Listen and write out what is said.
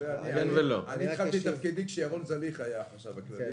אני התחלתי את תפקידי כאשר ירון זליכה היה החשב הכללי